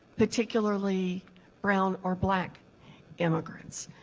particularly brown or black immigrants.